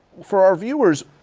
for our viewers,